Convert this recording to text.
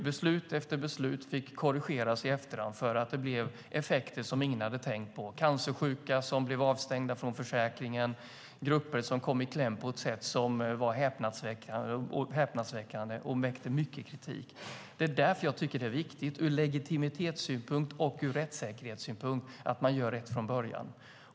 Beslut efter beslut fick korrigeras i efterhand eftersom de fick effekter som ingen hade tänkt på. Cancersjuka blev avstängda från försäkringen. Grupper kom i kläm på ett sätt som var häpnadsväckande och väckte mycket kritik. Därför tycker jag att det är viktigt ur legitimitetssynpunkt och rättssäkerhetssynpunkt att man gör rätt från början.